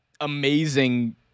amazing